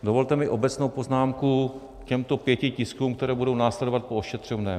Dovolte mi obecnou poznámku k těmto pěti tiskům, které budou následovat po ošetřovném.